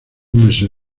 meses